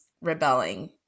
rebelling